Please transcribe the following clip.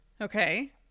Okay